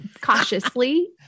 cautiously